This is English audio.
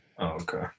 okay